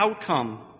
outcome